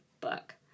book